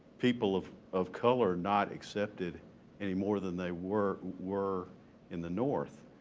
people of of color not accepted any more than they were were in the north,